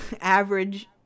average